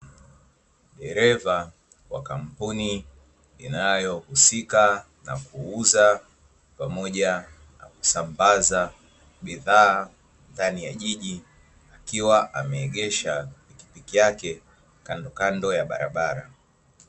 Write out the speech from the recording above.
Dereva wa kampuni inayohusika na kuuza pamoja na kusambaza bidhaa ndani ya jiji, akiwa ameegesha pikipiki yake kando kando ya barabara.